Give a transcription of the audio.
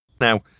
Now